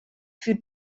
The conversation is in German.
für